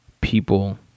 people